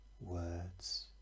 words